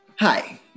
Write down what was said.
Hi